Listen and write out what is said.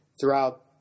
throughout